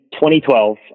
2012